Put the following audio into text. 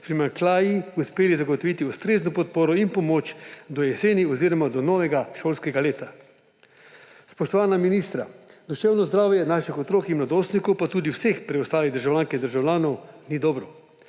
primanjkljaji uspeli zagotoviti ustrezno podporo in pomoč do jeseni oziroma do novega šolskega leta. Spoštovana ministra, duševno zdravje naših otrok in mladostnikov pa tudi vseh preostalih državljank in državljanov ni dobro.